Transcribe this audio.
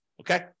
okay